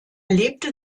lebte